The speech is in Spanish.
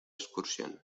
excursión